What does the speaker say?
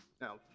Now